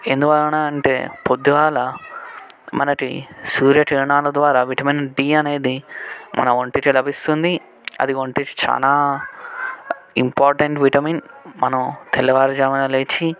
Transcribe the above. ఎందువలన అంటే పొద్దుగాల మనకి సూర్యకిరణాల ద్వారా విటమిన్ డి అనేది మన ఒంటికి లభిస్తుంది అది ఒంటికి చాలా ఇంపార్టెంట్ విటమిన్ మనం తెల్లవారుజామున లేచి